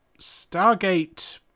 Stargate